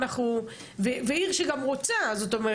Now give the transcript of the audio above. עיר שגם רוצה בזה.